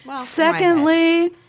Secondly